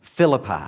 Philippi